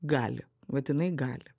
gali vat inai gali